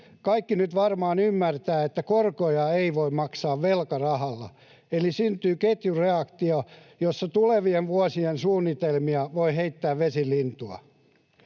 Kaikki nyt varmaan ymmärtävät, että korkoja ei voi maksaa velkarahalla, eli syntyy ketjureaktio, jossa tulevien vuosien suunnitelmilla voi heittää vesilintua.